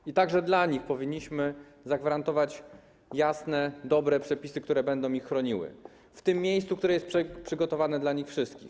I także dla nich powinniśmy zagwarantować jasne, dobre przepisy, które będą ich chroniły w tym miejscu, które jest przygotowane dla nich wszystkich.